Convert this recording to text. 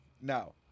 no